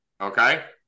okay